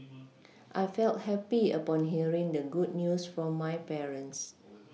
I felt happy upon hearing the good news from my parents